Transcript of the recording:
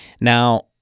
Now